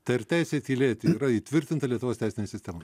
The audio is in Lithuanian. tai ar teisė tylėti yra įtvirtinta lietuvos teisinėj sistemoj